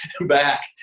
back